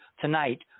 tonight